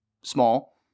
small